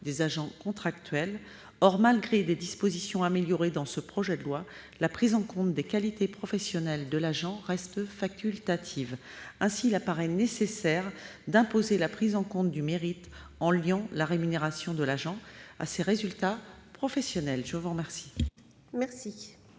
des agents contractuels. Or, malgré des dispositions améliorées dans ce projet de loi, la prise en compte des qualités professionnelles de l'agent reste facultative. Ainsi, il apparaît nécessaire d'imposer la prise en compte du mérite en liant la rémunération de l'agent à ses résultats professionnels. Quel est